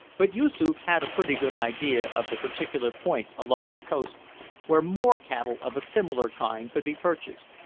but yoosoof had a pretty good idea of the particular points along the coast where more cattle of a similar kind could be purchased.